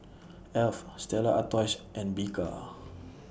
Alf Stella Artois and Bika